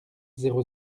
zéro